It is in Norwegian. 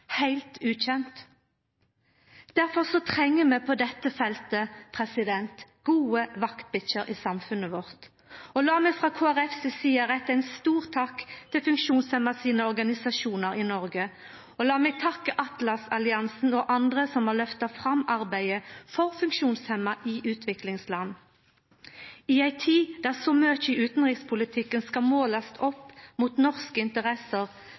heilt ukjent. Difor treng vi på dette feltet gode vaktbikkjer i samfunnet vårt. Lat meg frå Kristeleg Folkeparti si side retta ein stor takk til funksjonshemma sine organisasjonar i Noreg, og lat meg takka Atlas-alliansen og andre som har løfta fram arbeidet for funksjonshemma i utviklingsland. I ei tid der så mykje av utanrikspolitikken skal målast opp mot norske interesser,